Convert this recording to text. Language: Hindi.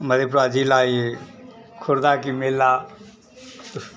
मधेपुरा ज़िला यह खुर्दा की मेला उस